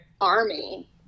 army